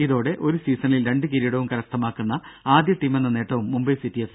ഇതോടെ ഒരു സീസണിൽ രണ്ട് കിരീടവും കരസ്ഥമാക്കുന്ന ആദ്യ ടീമെന്ന നേട്ടവും മുംബൈ സിറ്റി എഫ്